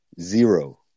zero